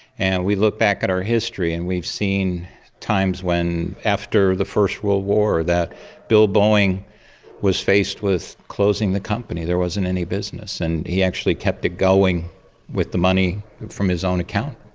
and we look back at our history and we've seen times when after the first world war that bill boeing was faced with closing the company, there wasn't any business. and he actually kept it going with the money from his own account,